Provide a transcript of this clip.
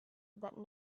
that